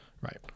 Right